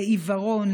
לעיוורון,